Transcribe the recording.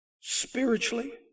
spiritually